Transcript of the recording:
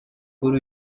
kuri